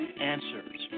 Answers